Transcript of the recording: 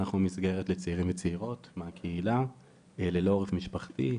אנחנו מסגרת לצעירים וצעירות מהקהילה ללא עורף משפחתי,